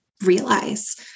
realize